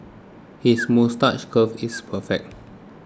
his moustache curl is perfect